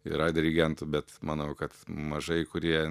yra dirigentų bet manau kad mažai kurie